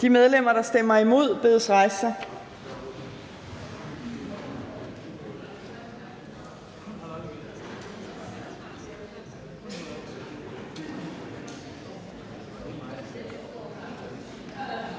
De medlemmer, der stemmer imod, bedes rejse sig.